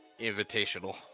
Invitational